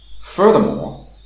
Furthermore